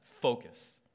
focus